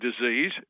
disease